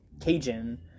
cajun